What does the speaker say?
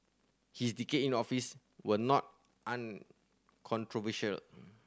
his decade in the office were not uncontroversial